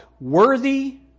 worthy